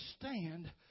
stand